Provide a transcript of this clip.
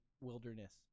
wilderness